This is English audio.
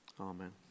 Amen